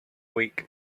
week